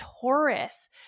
Taurus